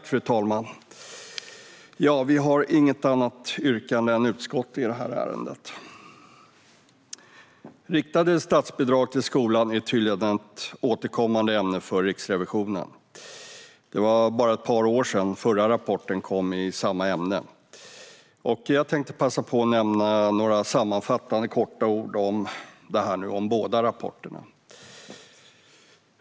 Fru talman! Vi har inget annat yrkande än bifall till utskottets förslag i det här ärendet. Riktade statsbidrag till skolan är tydligen ett återkommande ämne för Riksrevisionen. Det är bara ett par år sedan den förra rapporten kom i samma ämne, och jag tänker passa på att säga några sammanfattande ord om båda rapporterna.